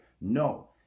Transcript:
No